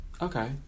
Okay